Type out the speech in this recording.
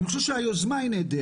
אני חושב שהיוזמה היא נהדרת.